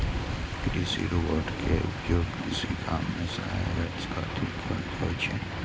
कृषि रोबोट के उपयोग कृषि काम मे सहायता खातिर कैल जाइ छै